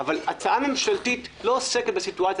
אבל הצעת ממשלתית לא עוסקת בסיטואציה.